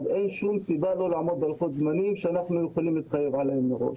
אין שום סיבה שלא לעמוד בלוחות הזמנים שהתחייבנו עליהם מראש.